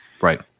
Right